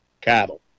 cattle